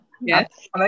Yes